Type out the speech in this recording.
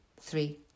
three